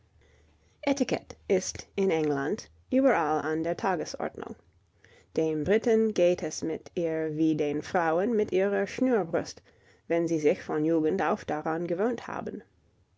etikette ist in england überall an der tagesordnung dem briten geht es mit ihr wie den frauen mit ihrer schnürbrust wenn sie sich von jugend auf daran gewöhnt haben